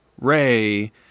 Ray